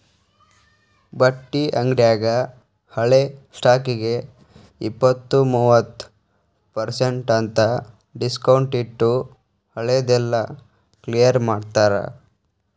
ಬಟ್ಟಿ ಅಂಗ್ಡ್ಯಾಗ ಹಳೆ ಸ್ಟಾಕ್ಗೆ ಇಪ್ಪತ್ತು ಮೂವತ್ ಪರ್ಸೆನ್ಟ್ ಅಂತ್ ಡಿಸ್ಕೊಂಟ್ಟಿಟ್ಟು ಹಳೆ ದೆಲ್ಲಾ ಕ್ಲಿಯರ್ ಮಾಡ್ತಾರ